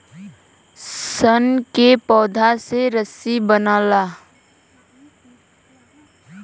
सन के पौधा से रसरी बनला